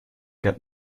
get